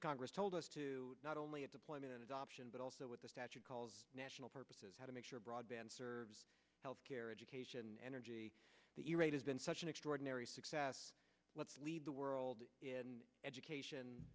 congress told us to not only a deployment in adoption but also what the statute calls national purpose is how to make sure broadband services health care education energy the e rate has been such an extraordinary success let's leave the world in education